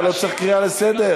אתה לא צריך קריאה לסדר.